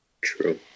true